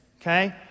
Okay